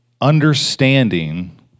understanding